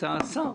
אתה שר,